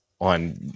on